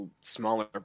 smaller